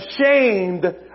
ashamed